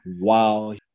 wow